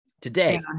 Today